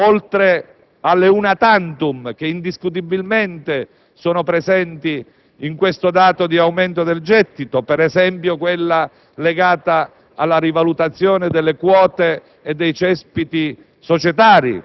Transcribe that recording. più 17 fa 30), oltre alle *una tantum* che indiscutibilmente sono presenti in questo dato di aumento del gettito (per esempio, quella legata